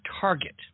target